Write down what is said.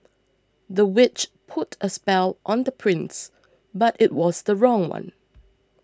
the witch put a spell on the prince but it was the wrong one